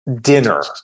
dinner